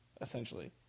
essentially